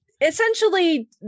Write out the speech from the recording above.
essentially